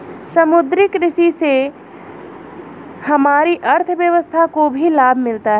समुद्री कृषि से हमारी अर्थव्यवस्था को भी लाभ मिला है